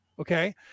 Okay